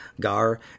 Gar